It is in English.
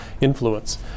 influence